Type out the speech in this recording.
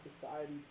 society